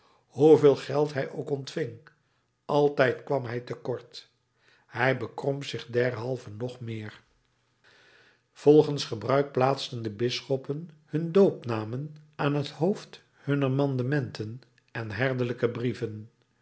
hoeveel geld hij ook ontving altijd kwam hij te kort hij bekromp zich derhalve nog meer volgens gebruik plaatsten de bisschoppen hun doopnamen aan t hoofd hunner mandementen en herderlijke brieven